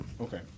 Okay